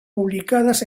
publicadas